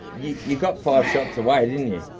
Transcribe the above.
you got five shots away, didn't you?